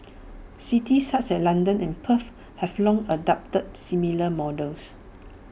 cities such as London and Perth have long adopted similar models